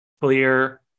clear